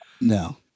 No